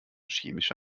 chemische